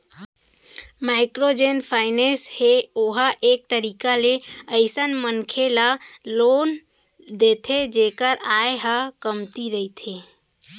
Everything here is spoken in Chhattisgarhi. माइक्रो जेन फाइनेंस हे ओहा एक तरीका ले अइसन मनखे ल लोन देथे जेखर आय ह कमती रहिथे